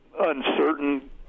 uncertain